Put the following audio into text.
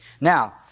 Now